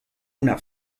una